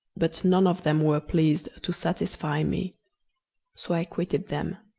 but none of them were pleased to satisfy me so i quitted them,